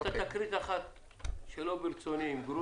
מקבל